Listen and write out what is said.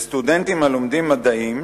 לסטודנטים הלומדים מדעים,